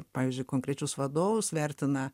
pavyzdžiui konkrečius vadovus vertina